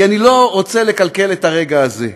כי אני לא רוצה לקלקל את הרגע הזה.